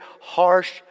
harsh